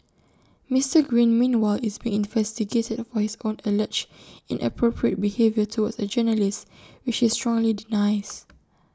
Mister green meanwhile is being investigated for his own alleged inappropriate behaviour towards A journalist which he strongly denies